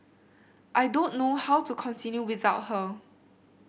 I don't know how to continue without her